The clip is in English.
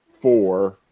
four